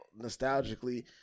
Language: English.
nostalgically